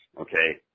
okay